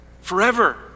forever